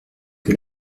que